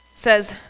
says